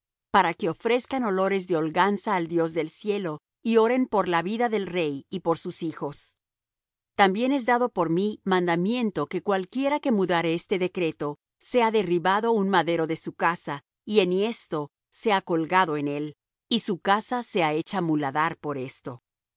para que ofrezcan olores de holganza al dios del cielo y oren por la vida del rey y por sus hijos también es dado por mí mandamiento que cualquiera que mudare este decreto sea derribado un madero de su casa y enhiesto sea colgado en él y su casa sea hecha muladar por esto y